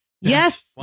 yes